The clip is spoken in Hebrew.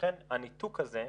ולכן הניתוק הזה,